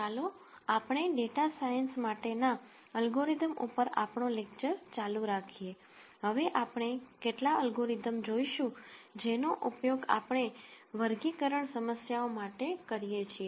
ચાલોઆપણે data science માટેના algorithm ઉપર આપણો લેક્ચર ચાલુ રાખીએહવે આપણે કેટલાક અલ્ગોરિધમ જોઈશુ જેનો ઉપયોગ આપણે વર્ગીકરણ સમસ્યાઓ માટે કરીએ છીએ